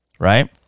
Right